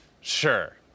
sure